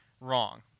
wrong